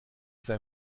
sei